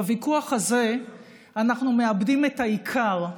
בוויכוח הזה אנחנו מאבדים את העיקר,